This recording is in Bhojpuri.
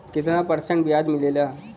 कितना परसेंट ब्याज मिलेला?